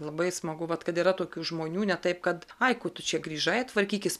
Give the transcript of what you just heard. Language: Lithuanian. labai smagu vat kad yra tokių žmonių ne taip kad aišku tu čia grįžai tvarkykis